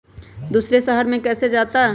दूसरे शहर मे कैसे जाता?